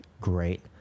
great